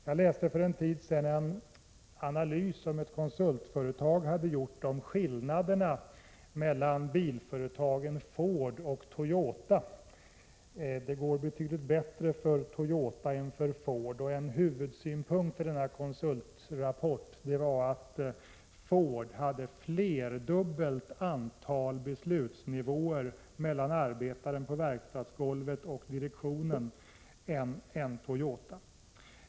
Jag läste för en tid sedan en analys som ett konsultföretag hade gjort av skillnaderna mellan bilföretagen Ford och Toyota. Det går betydligt bättre för Toyota än för Ford, och en huvudsynpunkt i konsultrapporten var att Ford hade ett flerdubbelt större antal beslutsnivåer mellan arbetaren på verkstadsgolvet och direktionen än vad Toyota hade.